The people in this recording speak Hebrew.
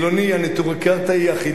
הנטורי קרתא של החילונים,